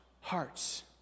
hearts